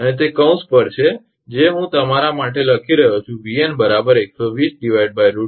અને તે કૌંસ પર છે જે હું તમારા માટે લખી રહ્યો છું 𝑉𝑛 120√3 𝑘𝑉